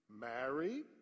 Married